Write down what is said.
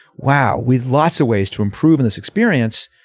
wow with lots of ways to improve in this experience.